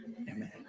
Amen